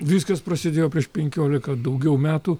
viskas prasidėjo prieš penkiolika daugiau metų